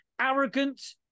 arrogant